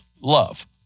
love